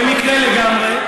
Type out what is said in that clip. במקרה לגמרי.